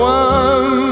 one